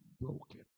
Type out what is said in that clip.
broken